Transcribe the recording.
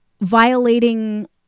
violating